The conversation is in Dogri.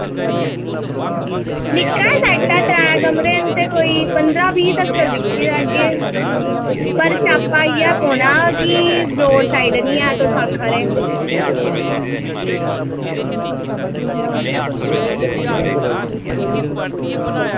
निक्का गै सैट ऐ ते त्रै कमरे न कोई ते पंदरां बीह् तगर दिक्खी लैगे पर स्यापा इयै पौना की रोड़ साईड निं ऐ तुस आक्खा दे